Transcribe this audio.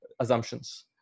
assumptions